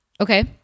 Okay